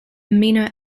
amino